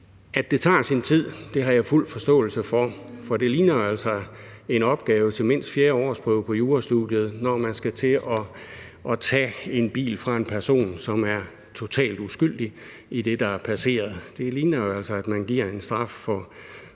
At det tager sin tid, har jeg fuld forståelse for, for det ligner altså en opgave til mindst fjerde årsprøve på jurastudiet, når man skal til at tage en bil fra en person, som er totalt uskyldig i det, der er passeret. Det ligner jo altså, at man giver en straf for